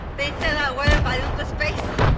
they send that weather balloon to space.